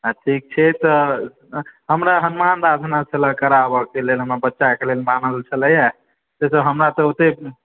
अच्छा ठीक छै त हमरा हनुमान साधना छलए कराबयके लेल हमरा बच्चाके लेल माँनल छेलए देखियौ हमरा तऽ ओतय